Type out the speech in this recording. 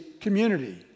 community